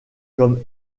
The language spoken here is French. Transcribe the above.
comme